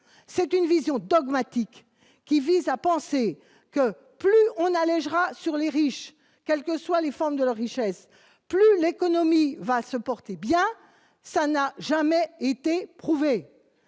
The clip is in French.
avez une vision dogmatique, selon laquelle plus on allégera les riches, quelles que soient les formes de leur richesse, plus l'économie se portera bien. Cela n'a jamais été prouvé